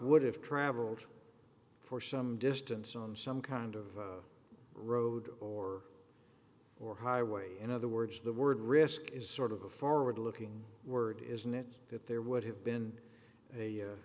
would have traveled for some distance on some kind of road or or highway in other words the word risk is sort of a forward looking word isn't it that there would have been a a